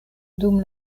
dum